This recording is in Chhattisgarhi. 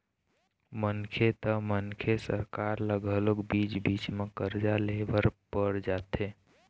मनखे त मनखे सरकार ल घलोक बीच बीच म करजा ले बर पड़ जाथे